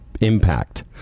impact